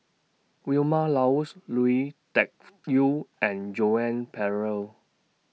Vilma Laus Lui Tuck Yew and Joan Pereira